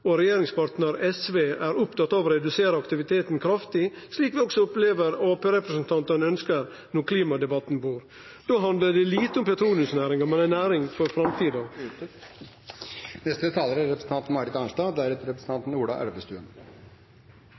regjeringskontora. Regjeringspartnar SV er opptatt av å redusere aktiviteten kraftig, slik vi også opplever at arbeidarpartirepresentantane ønskjer når klimadebatten er i gang. Då handlar det lite om at petroleumsnæringa er ei næring for framtida.